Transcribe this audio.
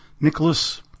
Nicholas